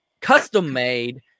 custom-made